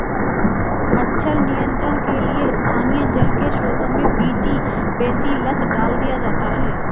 मच्छर नियंत्रण के लिए स्थानीय जल के स्त्रोतों में बी.टी बेसिलस डाल दिया जाता है